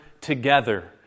together